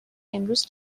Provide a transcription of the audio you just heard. امروز